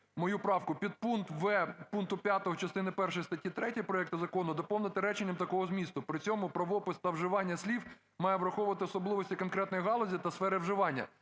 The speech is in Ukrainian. мою правку. Підпункт в) пункту 5 частини першої статті 3 проекту закону доповнити реченням такого змісту: "При цьому правопис та вживання слів має враховувати особливості конкретної галузі та сфери вживання".